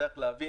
צריך להבין